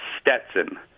Stetson